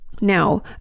Now